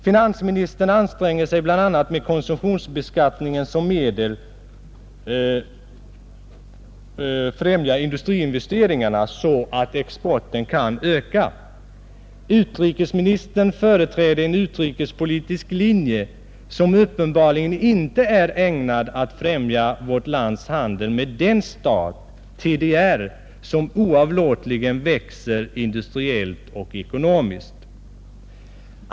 Finansministern anstränger sig bl.a. med konsumtionsbeskattningen som medel att främja industriinvesteringarna så att exporten kan öka. Utrikesministern företräder en utrikespolitisk linje som uppenbarligen inte är ägnad att främja vårt lands handel med den stat — TDR — som oavlåtligen växer industriellt och ekonomiskt.